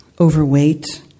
overweight